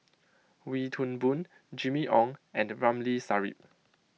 Wee Toon Boon Jimmy Ong and Ramli Sarip